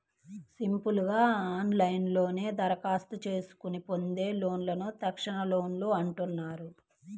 simple గా ఆన్లైన్లోనే దరఖాస్తు చేసుకొని పొందే లోన్లను తక్షణలోన్లు అంటున్నారు